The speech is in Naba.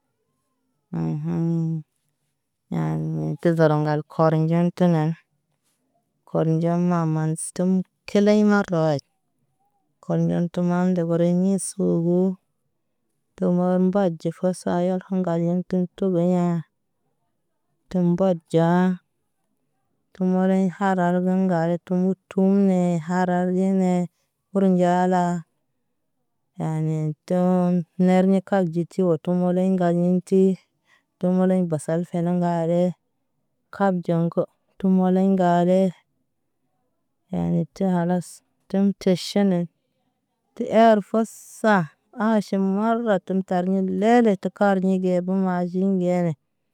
Aɲ haŋaŋ ɲal ni tizarɔ ŋgal kɔr nɟɛn ti nɛn. Kɔr nɟɛn ma man sə təm kileŋ marway. Kɔl ŋgɛn ma ndubə rɛn ɲi sogo. Tu ma mba ɟi fasaa ayal aŋgal tən togo ɲa. Tu mba ɟaa tu mɔrɛɲ haɗal gən ŋale tu mutə tum nɛ haɗar gə nɛ burɛ̰ nɟaala. Yani doom mɛrli ka ɟiti oto mɔlɛm ŋgal nɛn ti tu mɔlɛɲ basal fɛnɛ ŋga le. Kaat jiŋ ko tu mɔlɛɲ ŋga le. Yani da kalas tum teʃa nɛɲ. Ti ɛr fasaa aʃe maarat tum tar ɲɛ lele tə bar ɟi jɛrbu majin ŋgɛlɛ.